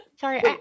Sorry